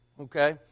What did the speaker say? Okay